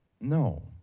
No